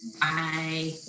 Bye